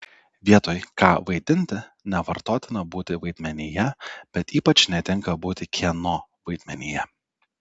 vietoj ką vaidinti nevartotina būti vaidmenyje bet ypač netinka būti kieno vaidmenyje